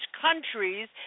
countries